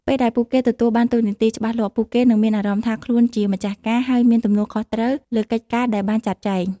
ពេលដែលពួកគេទទួលបានតួនាទីច្បាស់លាស់ ពួកគេនឹងមានអារម្មណ៍ថាខ្លួនជា ម្ចាស់ការ ហើយមាន ទំនួលខុសត្រូវ លើកិច្ចការដែលបានចាត់ចែង។